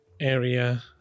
area